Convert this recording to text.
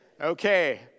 Okay